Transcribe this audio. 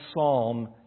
Psalm